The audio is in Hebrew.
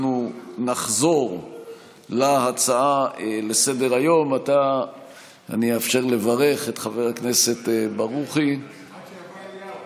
אנחנו נחזור להצעה לסדר-היום בנושא: כניסה יחידה לעיר מודיעין